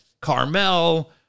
Carmel